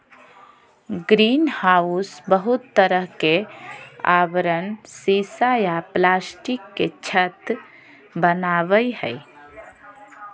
greenhouse बहुते तरह के आवरण सीसा या प्लास्टिक के छत वनावई हई